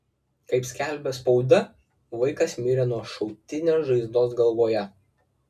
kaip skelbia spauda vaikas mirė nuo šautinės žaizdos galvoje